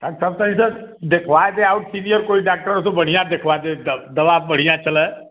डाक साहब ता इधर देखवाए दा और सीनियर कोई डाक्टर हो तो बढ़ियाँ देखवाए दे दवा बढ़ियाँ चले